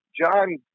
John